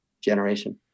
generation